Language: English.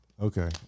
okay